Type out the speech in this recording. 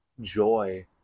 joy